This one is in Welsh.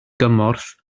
gymorth